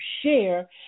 share